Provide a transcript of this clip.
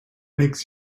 makes